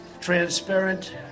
transparent